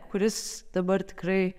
kuris dabar tikrai